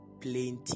plenty